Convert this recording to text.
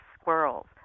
squirrels